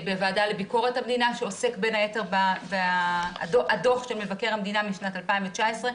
בוועדה לביקורת המדינה על דו"ח מבקר המדינה משנת 2019,